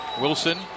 Wilson